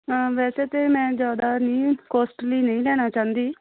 ਵੈਸੇ ਤਾਂ ਮੈਂ ਜ਼ਿਆਦਾ ਨਹੀਂ ਕੋਸਟਲੀ ਨਹੀਂ ਲੈਣਾ ਚਾਹੁੰਦੀ